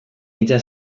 hitza